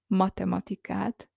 matematikát